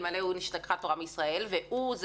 אלמלא הוא נשתכחה תורה מישראל והוא זה